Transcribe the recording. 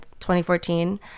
2014